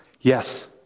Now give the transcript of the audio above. Yes